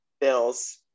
bills